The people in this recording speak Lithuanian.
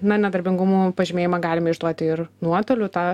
na nedarbingumo pažymėjimą galime išduoti ir nuotoliu tą